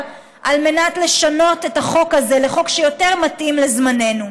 על מנת לשנות את החוק הזה לחוק שיותר מתאים לזמננו.